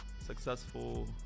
successful